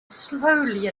slowly